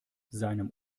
seinem